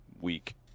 week